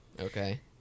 okay